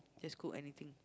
just cook anything